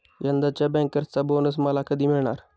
यंदाच्या बँकर्सचा बोनस मला कधी मिळणार?